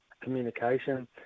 communication